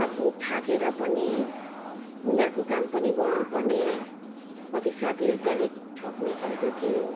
आफू थाकेर पनि उनीहरूको काम पनि गर्नुपर्ने कति साथीहरू चाहिँ अलिक ठग्ने खालको थियो